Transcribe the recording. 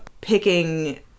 picking